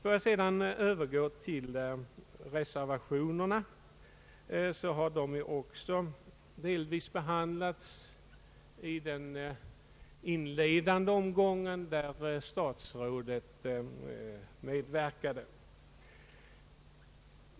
Reservationerna till detta utlåtande har också delvis behandlats i den inledande omgången av denna debatt, i vilken statsrådet Ingvar Carlsson medverkade.